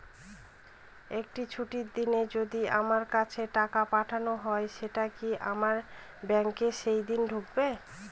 একটি ছুটির দিনে যদি আমার কাছে টাকা পাঠানো হয় সেটা কি আমার ব্যাংকে সেইদিন ঢুকবে?